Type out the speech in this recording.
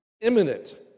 imminent